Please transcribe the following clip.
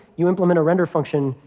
you and um and a render function,